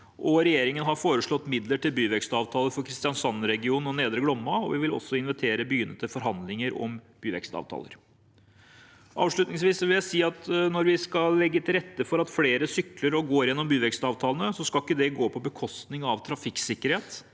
regjeringen har foreslått midler til byvekstavtaler for Kristiansandsregionen og Nedre Glomma, og vi vil også invitere byene til forhandlinger om byvekstavtaler. Avslutningsvis vil jeg si at når vi gjennom byvekstavtalene skal legge til rette for at flere sykler og går, skal ikke det gå på bekostning av trafikksikkerhet.